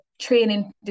training